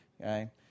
okay